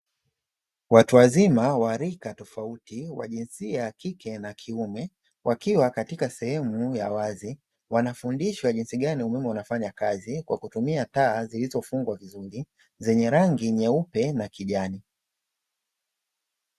Watu wazima wa rika tofauti wa jinsia ya kike na kiume wakiwa katika sehemu ya wazi wanafundishwa jinsi gani umeme unafanya kazi, kwa kutumia taa zilizofungwa vizuri zenye rangi nyeupe na kijani.